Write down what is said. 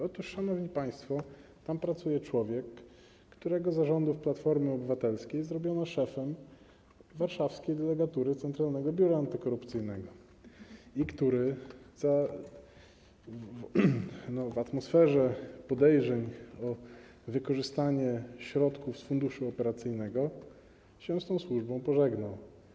Otóż, szanowni państwo, tam pracuje człowiek, którego za rządów Platformy Obywatelskiej zrobiono szefem warszawskiej delegatury Centralnego Biura Antykorupcyjnego i który w atmosferze podejrzeń o wykorzystanie środków z funduszu operacyjnego się z tą służbą pożegnał.